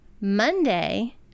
monday